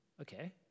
Okay